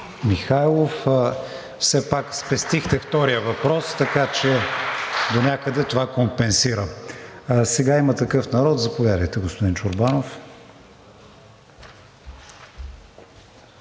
Михайлов. Все пак спестихте втория въпрос, така че донякъде това компенсира. Сега „Има такъв народ“. Заповядайте, господин Чорбанов.